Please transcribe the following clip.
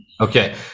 Okay